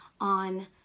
on